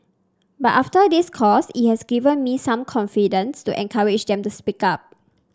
but after this course it has given me some confidence to encourage them to speak up